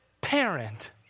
parent